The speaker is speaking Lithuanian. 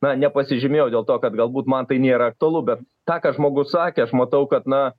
na nepasižymėjau dėl to kad galbūt man tai nėra aktualu bet tą ką žmogus sakė aš matau kad na